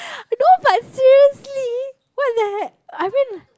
I know but seriously what the hack I mean